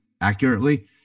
accurately